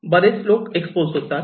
बरेच लोक एक्सपोज होतात